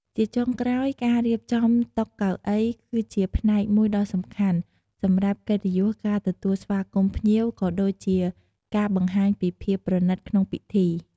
ជាចុងក្រោយការរៀបចំ តុកៅអី គឺជាផ្នែកមួយដ៏សំខាន់ សម្រាប់កិត្តិយសការទទួលស្វាគមន៍ភ្ញៀវ ក៏ដូចជាការបង្ហាញពីភាពប្រណិតក្នុងពិធី។